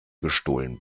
gestohlen